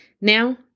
now